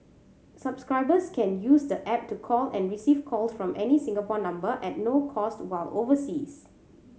subscribers can use the app to call and receive calls from any Singapore number at no cost while overseas